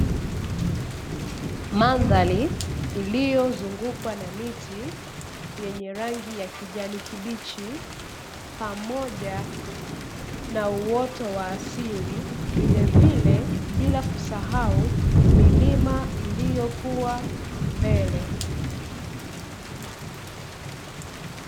Mandhari iliyo zungukwa na miti yenye rangi ya kijani kibichi, pamoja na uoto wa asili vilevile, bila kusahau milima iliyokuwa mbele.